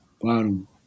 bottom